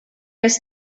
his